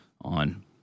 on